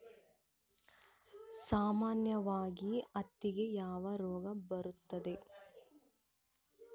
ಸಾಮಾನ್ಯವಾಗಿ ಹತ್ತಿಗೆ ಯಾವ ರೋಗ ಬರುತ್ತದೆ?